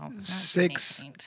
six